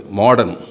modern